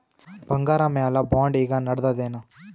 ಬಂಗಾರ ಮ್ಯಾಲ ಬಾಂಡ್ ಈಗ ನಡದದೇನು?